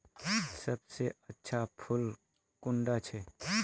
सबसे अच्छा फुल कुंडा छै?